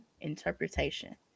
interpretation